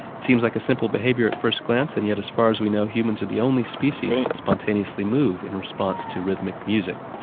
it seems like a simple behaviour at first glance and yet as far as we know humans are the only species that spontaneously move in response to rhythmic music,